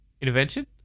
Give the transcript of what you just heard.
Intervention